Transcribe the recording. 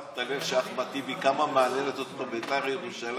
שמת לב כמה מעניינת את אחמד טיבי בית"ר ירושלים?